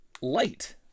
light